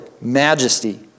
majesty